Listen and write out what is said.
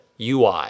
UI